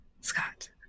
Scott